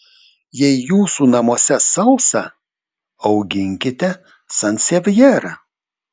jei jūsų namuose sausa auginkite sansevjerą